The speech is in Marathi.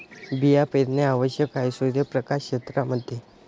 बिया पेरणे आवश्यक आहे सूर्यप्रकाश क्षेत्रां मध्ये